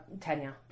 Tanya